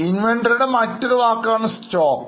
inventoryയുടെ മറ്റൊരു വാക്കാണ് സ്റ്റോക്ക്